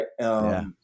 right